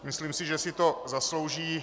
Myslím si, že si to oba zaslouží.